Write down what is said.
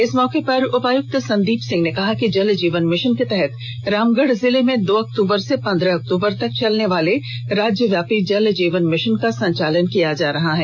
इस मौके पर उपायुक्त संदीप सिंह ने कहा है कि जल जीवन मिशन के तहत रामगढ़ जिले में दो अक्टूबर से पंद्रह अक्टूबर तक चलने वाले राज्यव्यापी जल जीवन मिशन का संचालन किया जा रहा है